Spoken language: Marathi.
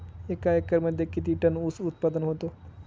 एका एकरमध्ये किती टन ऊस उत्पादन होतो?